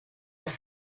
das